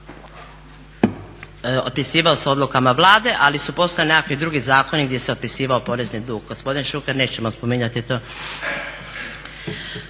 Otpisivao se odlukama Vlade, ali su postojali neki drugi zakoni gdje se otpisivao porezni dug. Gospodin Šuker nećemo spominjati to.